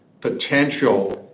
potential